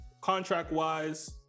contract-wise